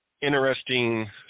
interesting